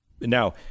Now